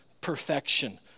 perfection